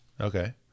okay